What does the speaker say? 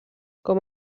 com